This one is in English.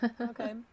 Okay